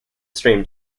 stream